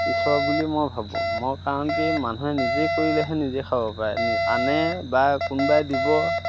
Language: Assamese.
ঈশ্বৰ বুলি মই ভাবোঁ মই কাৰণ কি মানুহে নিজে কৰিলেহে নিজে খাব পাৰে আনে বা কোনোবাই দিব